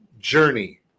journey